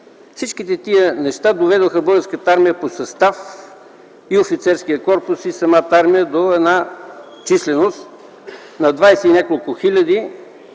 Всички тези неща доведоха Българската армия по състав – и офицерският корпус, и самата армия, до една численост на двадесет и няколко хиляди,